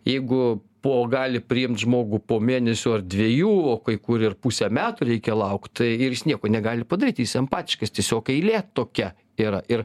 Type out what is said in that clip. jeigu po gali priimt žmogų po mėnesio ar dviejų o kai kur ir pusę metų reikia laukt tai ir jis nieko negali padaryt jis empatiškas tiesiog eilė tokia yra ir